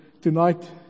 tonight